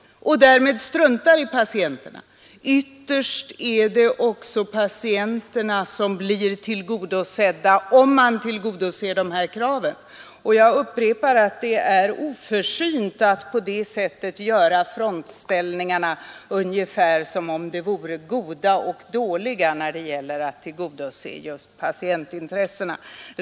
Ytterst är det nämligen också patienterna som blir tillgodosedda, om man uppfyller de här kraven. Jag upprepar att det är oförsynt att på det sättet teckna frontställningarna ungefär som om de gick mellan goda och dåliga när det gäller att tillgodose just patientintressena.